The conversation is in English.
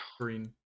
Green